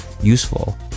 useful